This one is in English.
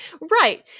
Right